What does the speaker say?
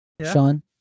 Sean